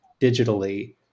digitally